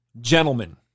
Gentlemen